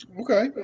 Okay